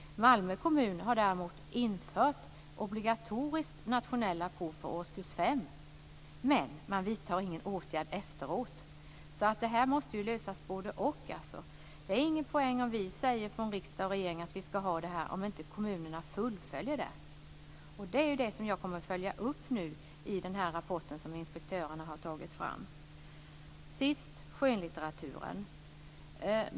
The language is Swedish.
Malmö kommun har infört obligatoriska nationella prov för årskurs 5, men man vidtar ingen åtgärd efteråt. Det måste finnas både-och. Det är ingen poäng om vi från riksdag och regering säger att det här skall finnas om kommunerna inte fullföljer det. Jag kommer att följa upp detta som visas i den rapport som inspektörerna har tagit fram. Sist vill jag ta upp skönlitteraturen.